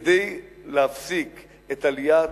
כדי להפסיק את עליית